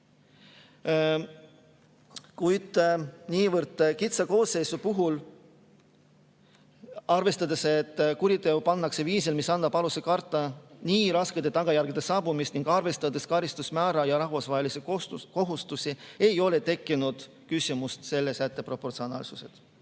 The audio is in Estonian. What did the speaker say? Kuid niivõrd kitsa koosseisu puhul – arvestades, et kuritegu pannakse toime viisil, mis annab alust karta raskete tagajärgede saabumist, ning arvestades karistusmäära ja rahvusvahelisi kohustusi – ei ole tekkinud küsimust selle sätte proportsionaalsuse